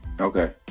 Okay